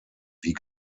wie